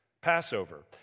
Passover